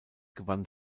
gewann